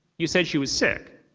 you said she was sick.